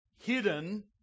hidden